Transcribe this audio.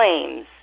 claims